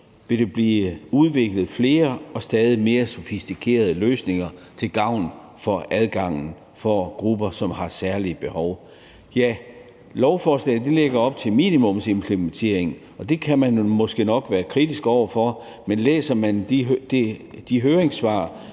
vil der blive udviklet flere og stadig mere sofistikerede løsninger til gavn for adgangen for grupper, som har særlige behov. Lovforslaget lægger op til minimumsimplementering, og det kan man måske nok være kritisk over for, men læser man de høringssvar,